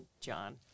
John